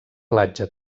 platja